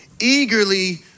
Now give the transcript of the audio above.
Eagerly